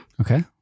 Okay